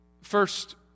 First